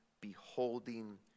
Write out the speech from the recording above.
beholding